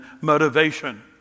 motivation